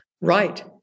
Right